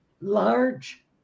large